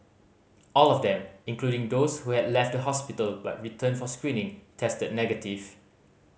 all of them including those who had left the hospital but returned for screening tested negative